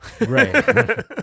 Right